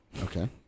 Okay